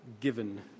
given